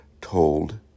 told